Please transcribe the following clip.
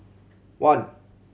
one